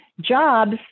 jobs